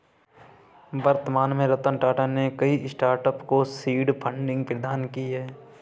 वर्तमान में रतन टाटा ने कई स्टार्टअप को सीड फंडिंग प्रदान की है